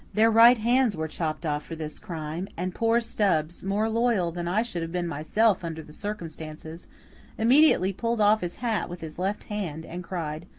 their right hands were chopped off for this crime and poor stubbs more loyal than i should have been myself under the circumstances immediately pulled off his hat with his left hand, and cried,